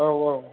औ औ